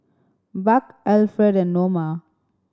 Buck Alfred and Noma